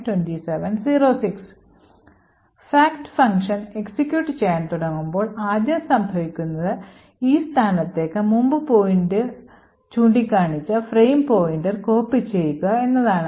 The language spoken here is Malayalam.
fact ഫംഗ്ഷൻ എക്സിക്യൂട്ട് ചെയ്യാൻ തുടങ്ങുമ്പോൾ ആദ്യം സംഭവിക്കുന്നത് ഈ സ്ഥാനത്തേക്ക് മുമ്പ് point ചൂണ്ടിക്കാണിച്ച ഫ്രെയിം പോയിന്റർ കോപ്പി ചെയ്യുക എന്നതാണ്